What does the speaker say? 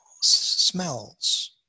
smells